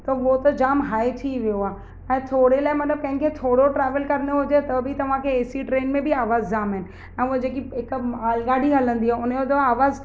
त उहो त जाम हाई थी वियो आहे ऐं थोरे लाइ मतिलबु पंहिंजे लाइ थोरो ट्रावेल करिणो हुजे त बि तव्हांखे ए सी ट्रेन में बि आवाज़ु जाम आहिनि ऐं उहो जेकी हिक मालगाॾी आहे हुनजो तव्हां आवाज़ु